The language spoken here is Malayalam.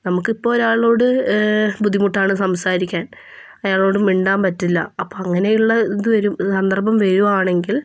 നമുക്ക് ഇപ്പോൾ ഒരാളോട് ബുദ്ധിമുട്ടാണ് സംസാരിക്കാൻ അയാളോട് മിണ്ടാൻ പറ്റില്ല അപ്പോൾ അങ്ങനെയുള്ള ഇത് സന്ദർഭം വരികയാണെങ്കിൽ